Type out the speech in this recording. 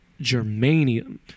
Germanium